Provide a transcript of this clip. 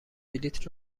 بلیط